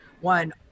one